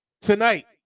Tonight